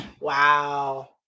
Wow